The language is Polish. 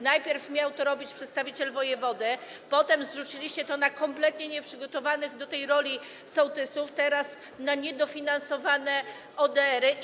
Najpierw miał to robić przedstawiciel wojewody, potem zrzuciliście to na kompletnie nieprzygotowanych do tej roli sołtysów, teraz zaś na niedofinansowane ODR-y.